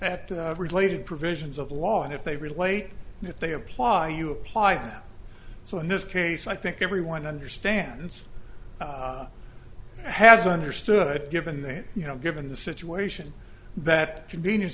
at the related provisions of law and if they relate and if they apply you apply them so in this case i think everyone understands has understood given that you know given the situation that convenience